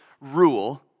rule